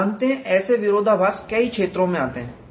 आप जानते हैं ऐसे विरोधाभास कई क्षेत्रों में आते हैं